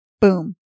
Boom